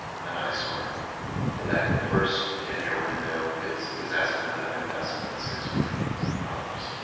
an eyesore for that first ten year window his his estimate of investment is six point eight million dollars